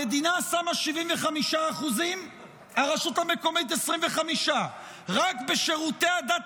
המדינה שמה 75% והרשות המקומית 25%. רק בשירותי הדת